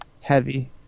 heavy